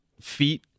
feet